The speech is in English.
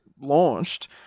launched